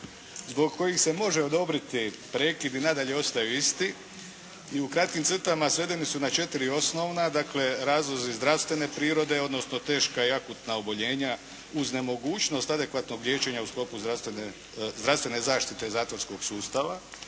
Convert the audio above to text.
zbog kojih se može odobriti prekid i nadalje ostaju isti i u kratkim crtama svedeni su na četiri osnovna. Dakle razlozi zdravstvene prirode odnosno teška i akutna oboljenja uz nemogućnost adekvatnog liječenja u sklopu zdravstvene zaštite zatvorskog sustava,